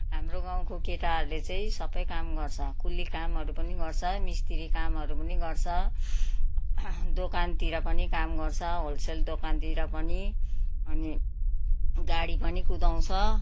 हाम्रो गाउँको केटाहरूले चाहिँ सबै काम गर्छ कुल्ली कामहरू पनि गर्छ मिस्त्री कामहरू पनि गर्छ दोकानतिर पनि काम गर्छ होलसेल दोकानतिर पनि अनि गाडी पनि कुदाउँछ